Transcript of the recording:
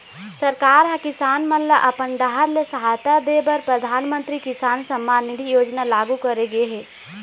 सरकार ह किसान मन ल अपन डाहर ले सहायता दे बर परधानमंतरी किसान सम्मान निधि योजना लागू करे गे हे